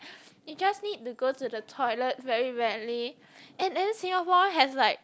it just need to go to the toilet very badly and then Singapore has like